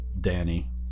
Danny